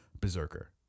Berserker